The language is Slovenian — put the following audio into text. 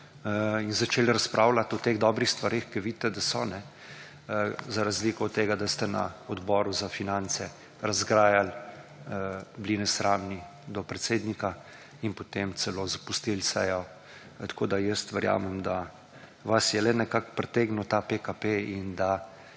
in začeli razpravljati o teh dobrih stvareh, ki vidite, da so, za razliko od tega, da ste na Odboru za finance razgrajali, bili nesramni do predsednika in potem celo zapustili sejo. Tako, da jaz verjamem, da vas je le nekako pritegnil ta PKP in da